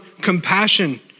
compassion